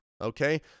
okay